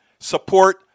Support